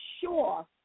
sure